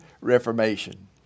Reformation